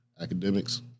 academics